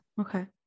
okay